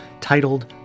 titled